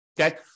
okay